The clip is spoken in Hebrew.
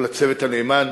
כל הצוות הנאמן